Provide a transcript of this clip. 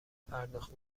پرداخت